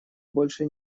больше